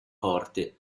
porte